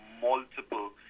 multiple